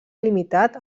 limitat